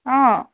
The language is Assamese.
অ